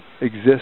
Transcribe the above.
exist